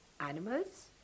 animals